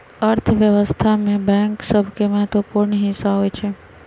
अर्थव्यवस्था में बैंक सभके महत्वपूर्ण हिस्सा होइ छइ